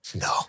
No